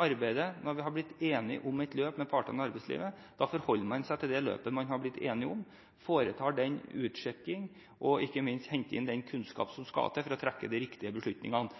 arbeidet når vi har blitt enig med partene i arbeidslivet om et løp. Da forholder man seg til det løpet man har blitt enig om, foretar den utsjekking og ikke minst henter inn den kunnskap som skal til, for å treffe de riktige beslutningene.